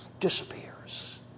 disappears